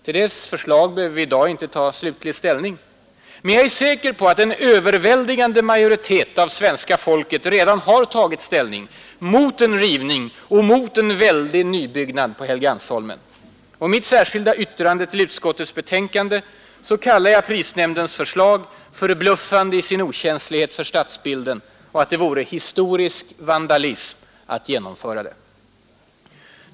Till dess förslag behöver vi inte ta slutlig ställning i dag. Men jag är säker på att en majoritet av svenska folket redan har tagit ställning: mot en rivning och mot en väldig nybyggnad på Helgeandsholmen. I mitt särskilda yttrande till utskottets betänkande kallar jag prisnämndens förslag ”förbluffande i sin okänslighet för stadsbilden” och säger att det vore ”historisk vandalism” att genomföra det.